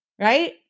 right